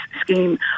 scheme